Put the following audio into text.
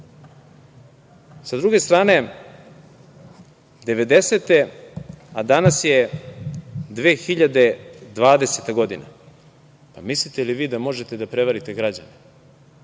druge strane, 90-te, a danas je 2020. godina, mislite li vi da možete da prevarite građane?